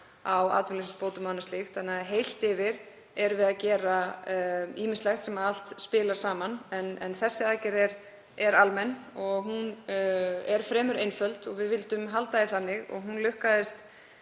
á atvinnuleysisbótum og annað slíkt. Þannig að heilt yfir erum við að gera ýmislegt sem allt spilar saman. En þessi aðgerð er almenn og hún er fremur einföld og við vildum halda því þannig. Hún lukkaðist